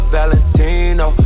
Valentino